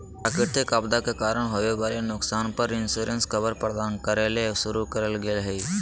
प्राकृतिक आपदा के कारण होवई वला नुकसान पर इंश्योरेंस कवर प्रदान करे ले शुरू करल गेल हई